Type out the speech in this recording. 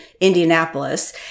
Indianapolis